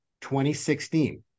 2016